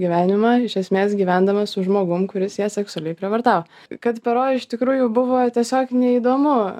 gyvenimą iš esmės gyvendama su žmogum kuris ją seksualiai prievartavo kad pero iš tikrųjų buvo tiesiog neįdomu